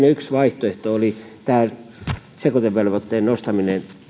yksi vaihtoehto oli tämä sekoitevelvoitteen nostaminen